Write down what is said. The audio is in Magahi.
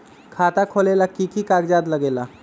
खाता खोलेला कि कि कागज़ात लगेला?